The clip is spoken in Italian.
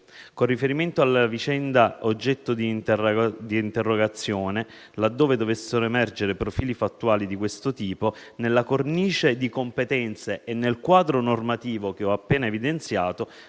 Con riferimento alla vicenda oggetto di interrogazione, laddove dovessero emergere profili fattuali di questo tipo, nella cornice di competenze e nel quadro normativo che ho appena evidenziato,